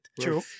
True